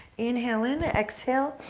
inhale in. exhale.